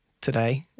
today